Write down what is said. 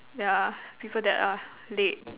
yeah people that are late